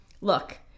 Look